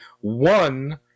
one